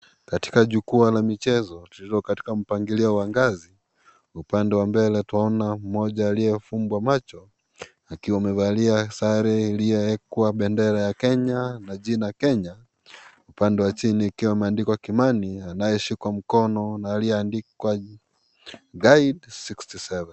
Katika jukwaa la michezo, ulio katika mpangilio wa ngazi, upande wa mbele twaona mmoja aliyefungwa macho akiwa amevalia sare iliyowekwa bendera ya Kenya na jina Kenya. Upande wa chini ikiwa imeandikwa Kimani, anayeshikwa mkono na aliyeandikwa guide 67 .